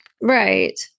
Right